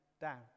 down